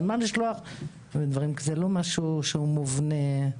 זה לא משהו מובנה.